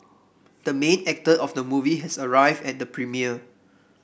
the main actor of the movie has arrived at the premiere